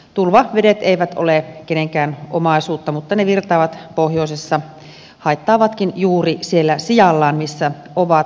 tulvavedet eivät ole kenenkään omaisuutta mutta ne virtaavat pohjoisessa ja haittaavatkin juuri siellä sijallaan missä ovat